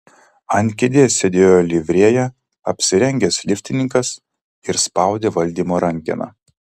ant kėdės sėdėjo livrėja apsirengęs liftininkas ir spaudė valdymo rankeną